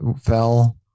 fell